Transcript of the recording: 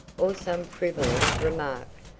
or some frivolous remark.